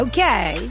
Okay